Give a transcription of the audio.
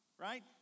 right